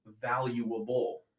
valuable